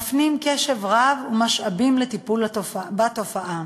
מפנים קשב רב ומשאבים לטיפול בתופעה.